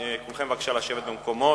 כולכם, בבקשה, לשבת במקומות.